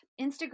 Instagram